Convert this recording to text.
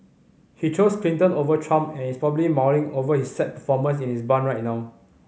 he chose Clinton over Trump and is probably mulling over his sad performance in his barn right now